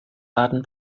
baden